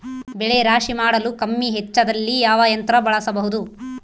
ಬೆಳೆ ರಾಶಿ ಮಾಡಲು ಕಮ್ಮಿ ವೆಚ್ಚದಲ್ಲಿ ಯಾವ ಯಂತ್ರ ಬಳಸಬಹುದು?